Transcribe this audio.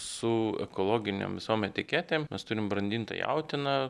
su ekologinėm visom etiketėm mes turim brandintą jautieną